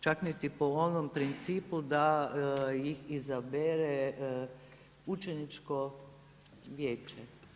Čak niti po onom principu ih izabere Učeničko vijeće.